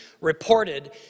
reported